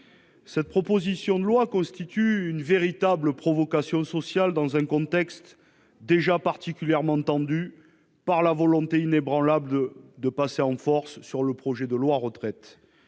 Cette proposition de loi constitue une véritable provocation sociale, dans un contexte déjà particulièrement tendu, à cause de la volonté inébranlable de faire passer en force le projet de loi portant